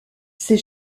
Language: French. ses